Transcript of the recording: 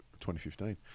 2015